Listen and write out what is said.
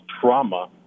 trauma